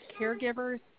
caregivers